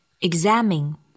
examine